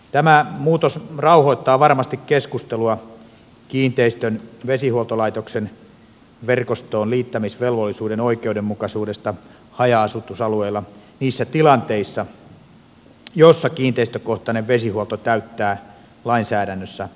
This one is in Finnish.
tämä muutos rauhoittaa varmasti keskustelua kiinteistön vesihuoltolaitoksen verkostoon liittämisvelvollisuuden oikeudenmukaisuudesta haja asutusalueilla niissä tilanteissa joissa kiinteistökohtainen vesihuolto täyttää lainsäädännössä asetetut vaatimukset